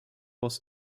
was